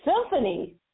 symphony